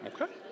Okay